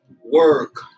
work